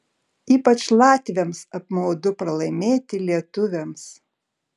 ypač latviams apmaudu pralaimėti lietuviams